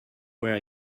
were